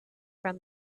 from